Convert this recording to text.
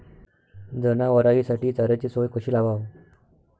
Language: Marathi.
जनावराइसाठी चाऱ्याची सोय कशी लावाव?